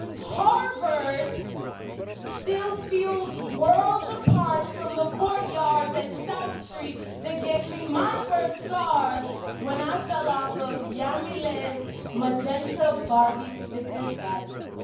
harvard still feels worlds apart from the courtyards at south street that gave me my first scars when i fell off of yamilex's magenta barbie stickered bike.